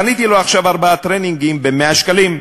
קניתי לו עכשיו ארבעה טרנינגים ב-100 שקלים,